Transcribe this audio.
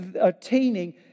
attaining